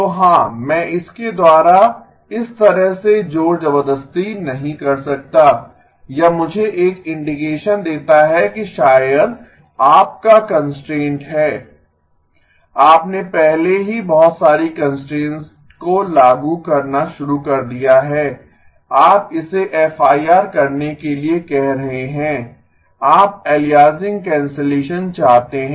तो हां मैं इसके द्वारा इस तरह से जोर जबरदस्ती नहीं कर सकता यह मुझे एक इंडिकेशन देता है कि शायद आपका कंस्ट्रेंट है आपने पहले ही बहुत सारी कंस्ट्रेंट्स को लागू करना शुरू कर दिया है आप इसे एफआईआर करने के लिए कह रहे हैं आप अलियासिंग कैंसलेशन चाहते हैं